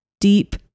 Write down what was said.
Deep